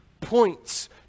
points